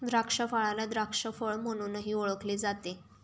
द्राक्षफळाला द्राक्ष फळ म्हणूनही ओळखले जाते